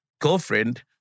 girlfriend